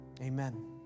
Amen